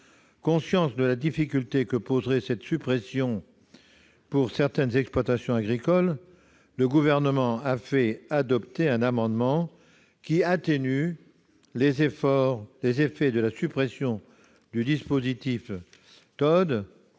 Conscient de la difficulté que poserait cette suppression pour certaines exploitations, le Gouvernement a fait adopter un amendement visant à atténuer les effets de la suppression du dispositif TO-DE